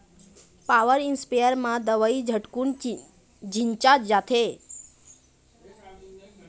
power sprayer म दवई झटकुन छिंचा जाथे